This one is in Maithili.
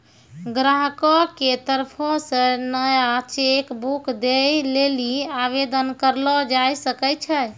ग्राहको के तरफो से नया चेक बुक दै लेली आवेदन करलो जाय सकै छै